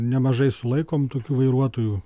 nemažai sulaikom tokių vairuotojų